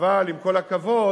אבל עם כל הכבוד,